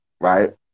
right